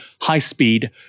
high-speed